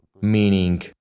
Meaning